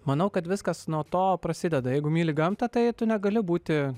manau kad viskas nuo to prasideda jeigu myli gamtą tai tu negali būti